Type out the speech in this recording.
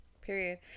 Period